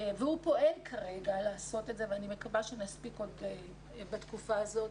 הוא פועל כרגע לעשות את זה ואני מקווה שנספיק בתקופה הזאת.